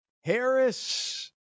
Harris